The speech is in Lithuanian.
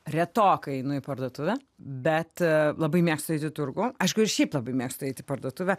retokai einu į parduotuvę bet labai mėgstu eit į turgų aišku ir šiaip labai mėgstu eit į parduotuvę